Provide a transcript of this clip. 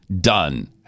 Done